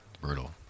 brutal